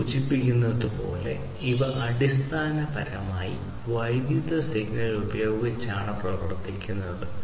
പേര് സൂചിപ്പിക്കുന്നത് പോലെ ഇവ അടിസ്ഥാനപരമായി വൈദ്യുത സിഗ്നൽ ഉപയോഗിച്ചാണ് പ്രവർത്തിക്കുന്നത്